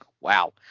Wow